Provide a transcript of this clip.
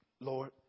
Lord